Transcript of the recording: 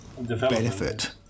benefit